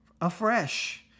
afresh